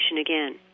again